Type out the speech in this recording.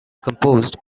composed